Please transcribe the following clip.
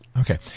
Okay